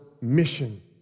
mission